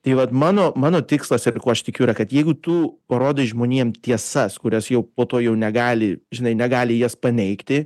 tai vat mano mano tikslas kuo aš tikiu yra kad jeigu tu parodai žmonėm tiesas kurias jau po to jau negali žinai negali jas paneigti